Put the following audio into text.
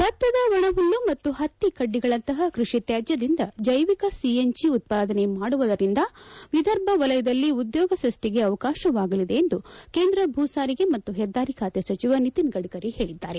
ಭತ್ತದ ಒಣ ಹುಲ್ಲು ಮತ್ತು ಪತ್ತಿಕಡ್ಡಿಗಳಂತಹ ಕೃಷಿ ತ್ಯಾಜ್ಯದಿಂದ ಜೈವಿಕ ಸಿಎನ್ಜಿ ಉತ್ವಾದನೆ ಮಾಡುವುದರಿಂದ ವಿದರ್ಬವಲಯದಲ್ಲಿ ಉದ್ದೋಗ ಸೃಷ್ಟಿಗೆ ಅವಕಾಶವಾಗಲಿದೆ ಎಂದು ಕೇಂದ್ರ ಭೂಸಾರಿಗೆ ಮತ್ತು ಹೆದ್ದಾರಿ ಖಾತೆ ಸಚಿವ ನಿತಿನ್ ಗಡ್ತರಿ ಹೇಳಿದ್ದಾರೆ